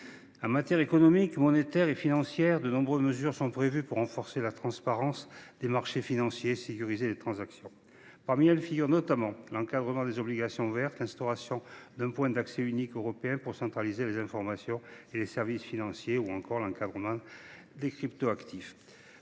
En matière économique, monétaire et financière, de nombreuses mesures y figurent qui visent à renforcer la transparence des marchés financiers et à sécuriser les transactions. Parmi elles, je relève notamment l’encadrement des obligations vertes, l’instauration d’un point d’accès unique européen pour centraliser les informations sur les services financiers, ou encore l’encadrement des cryptoactifs.